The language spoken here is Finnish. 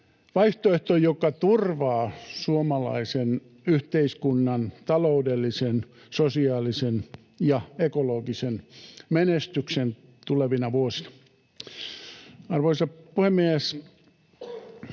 vaihtoehto, joka turvaa suomalaisen yhteiskunnan taloudellisen, sosiaalisen ja ekologisen menestyksen tulevina vuosina. Arvoisa puhemies!